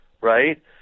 right